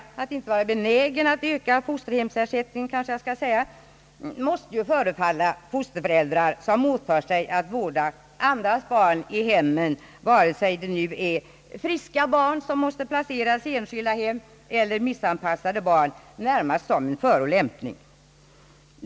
Statsrådets motivering för obenägenheten att öka fosterhemsersättningen måste förefalla fosterföräldrar, som åtar sig att vårda andras barn i hemmen, vare sig det nu gäller friska barn som måste placeras i enskilda hem eller missanpassade barn, närmast som en förolämpning.